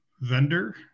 vendor